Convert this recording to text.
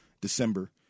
December